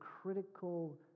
critical